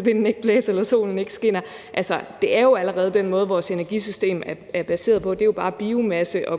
vinden ikke blæser eller solen ikke skinner, så er det jo allerede den måde, vores energisystem virker på. Det er bare biomasse og kul og